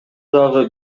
дагы